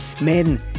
Men